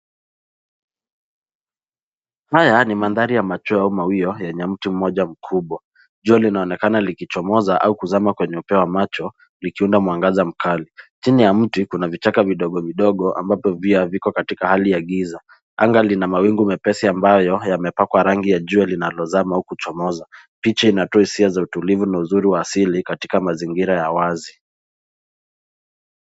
Haya ni madhari ya machweo mawio yenye mtu mmoja mkubwa. Jua linaonekana likichomoza au kuzama kwenye upeo wa macho likiunda mwangaza mkali. Chini ya mti kuna vichaka vidogo ambavyo pia viko katika hali ya giza. Anga lina mawingu mepesi ambayo yamepakwa rangi ya jua linalozama uku likichomoza. Picha inatoa hisia za utulivu na uzuri wa asili katika mazingira ya wazi.